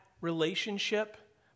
relationship